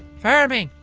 farming.